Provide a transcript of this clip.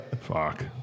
Fuck